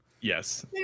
yes